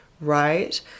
right